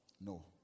No